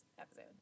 episode